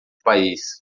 país